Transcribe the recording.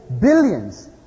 billions